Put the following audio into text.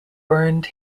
burned